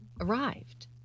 arrived